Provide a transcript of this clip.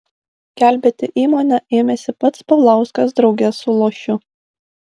gelbėti įmonę ėmėsi pats paulauskas drauge su lošiu